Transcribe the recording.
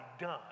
done